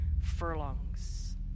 furlongs